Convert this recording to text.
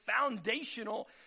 foundational